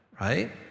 right